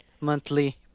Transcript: monthly